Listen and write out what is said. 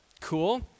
Cool